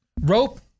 rope